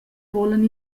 vulan